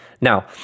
Now